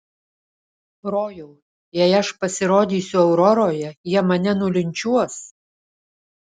rojau jei aš pasirodysiu auroroje jie mane nulinčiuos